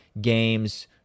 games